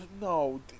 no